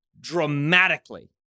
dramatically